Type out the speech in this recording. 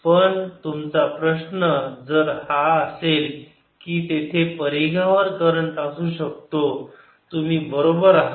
पण तुमचा प्रश्न जर असा असेल की तेथे परिघावर करंट असू शकतो तुम्ही बरोबर आहात